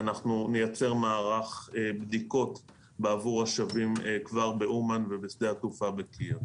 ואנחנו נייצר מערך בדיקות בעבור השבים כבר באומן ובשדה התעופה בקייב.